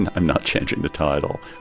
and i'm not changing the title.